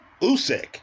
Usyk